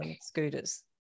scooters